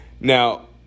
Now